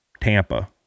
Tampa